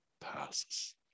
passes